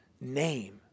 name